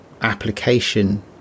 application